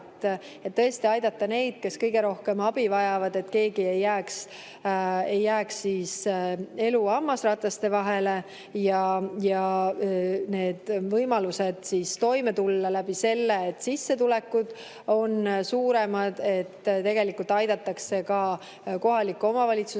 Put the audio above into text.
et tõesti aidata neid, kes kõige rohkem abi vajavad, et keegi ei jääks elu hammasrataste vahele ja võimalused toime tulla tänu sellele, et sissetulekud on suuremad, [paranevad]. Ja tegelikult aidatakse ka kohaliku omavalitsuse